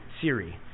Siri